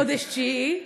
בחודש תשיעי.